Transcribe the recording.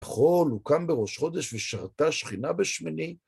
בכל, הוא קם בראש חודש ושרתה שכינה בשמני.